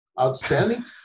outstanding